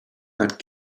that